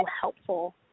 helpful